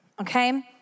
okay